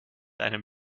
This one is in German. einem